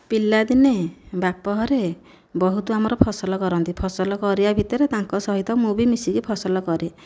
ପିଲାଦିନେ ବାପ ଘରେ ବହୁତ ଆମର ଫସଲ କରନ୍ତି ଫସଲ କରିବା ଭିତରେ ତାଙ୍କ ଭିତରେ ମୁଁ ବି ମିଶିକି ଫସଲ କରେ